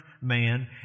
man